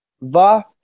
Va